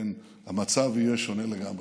כן, המצב יהיה שונה לגמרי.